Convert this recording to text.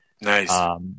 Nice